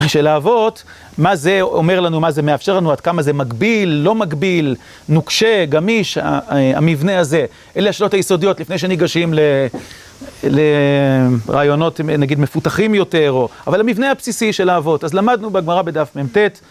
של האבות, מה זה אומר לנו, מה זה מאפשר לנו, עד כמה זה מגביל, לא מגביל, נוקשה, גמיש, המבנה הזה. אלה השאלות היסודיות לפני שניגשים לרעיונות נגיד מפותחים יותר, אבל המבנה הבסיסי של האבות, אז למדנו בגמרא בדף מ"ט.